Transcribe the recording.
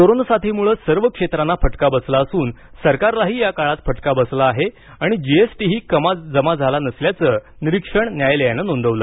corona साथीमुळे सर्व क्षेत्रांना फटका बसला असून सरकारलाही या काळात फटका बसला आहे आणि जीएसटीही जमा झाला नसल्याचं निरीक्षण न्यायालयानं नोंदवलं